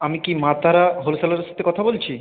আমি কি মা তারা হোলসেলারের সাথে কথা বলছি